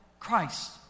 Christ